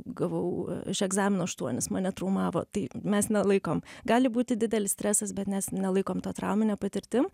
gavau iš egzamino aštuonis mane traumavo tai mes nelaikom gali būti didelis stresas bet mes nelaikom to traumine patirtim